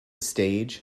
stage